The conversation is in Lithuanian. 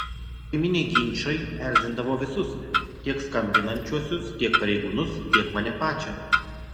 šeiminiai ginčai erzindavo visus tiek skambinančiuosius tiek pareigūnus tiek mane pačią